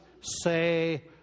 say